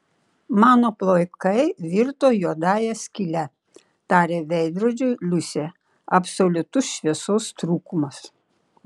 mano plaukai virto juodąja skyle tarė veidrodžiui liusė absoliutus šviesos trūkumas